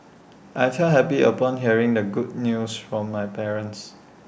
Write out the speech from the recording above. I felt happy upon hearing the good news from my parents